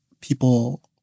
people